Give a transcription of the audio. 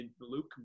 Luke